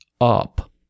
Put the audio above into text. up